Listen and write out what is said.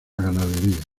ganadería